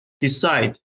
decide